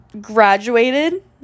graduated